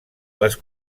les